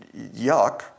yuck